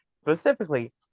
Specifically